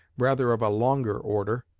rather of a longer order.